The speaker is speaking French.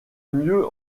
mieux